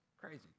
crazy